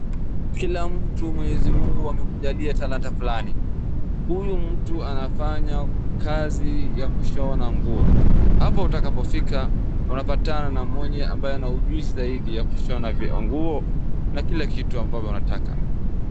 Kila mtu mwenyezi mungu amemjalia talanta fulani, huyu mtu anafanya kazi ya kushona nguo. Hapa utakapofika unapatana na mwenye ambaye ana ujuzi zaidi ya kushona nguo na kila kitu ambavyo unataka.